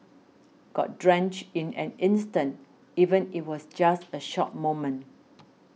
got drenched in an instant even it was just a short moment